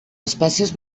espècies